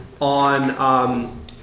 on